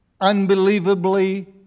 unbelievably